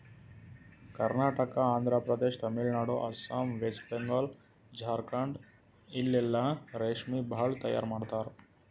Karnataka, Andhra Pradesh, Tamil Nadu, Assam, west Bengal, Jharkhand ಇಲ್ಲೆಲ್ಲಾ ರೇಶ್ಮಿ ಭಾಳ್ ತೈಯಾರ್ ಮಾಡ್ತರ್